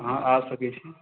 अहाँ आ सकै छी